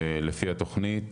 לפי התוכנית,